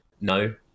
no